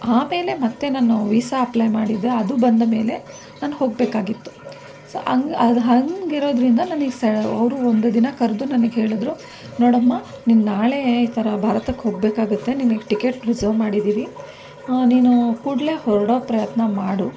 ಆಮೇಲೆ ಮತ್ತೆ ನಾನು ವೀಸಾ ಅಪ್ಲೈ ಮಾಡಿದೆ ಅದು ಬಂದ ಮೇಲೆ ನಾನು ಹೋಗಬೇಕಾಗಿತ್ತು ಸೊ ಹಂಗೆ ಅದು ಹಂಗೆ ಇರೋದರಿಂದ ನನಗೆ ಸಹ ಅವರು ಒಂದು ದಿನ ಕರೆದು ನನಗೆ ಹೇಳಿದರು ನೋಡಮ್ಮ ನೀನು ನಾಳೆ ಈ ಥರ ಭಾರತಕ್ಕೆ ಹೋಗಬೇಕಾಗುತ್ತೆ ನಿನಗೆ ಟಿಕೇಟ್ ರಿಸರ್ವ್ ಮಾಡಿದ್ದೀವಿ ನೀನು ಕೂಡಲೆ ಹೊರಡೋ ಪ್ರಯತ್ನ ಮಾಡು